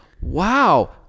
wow